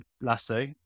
Lasso